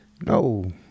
No